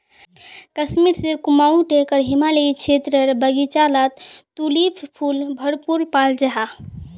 कश्मीर से कुमाऊं टेकर हिमालयी क्षेत्रेर बघिचा लात तुलिप फुल भरपूर पाल जाहा